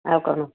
ଆଉ କ'ଣ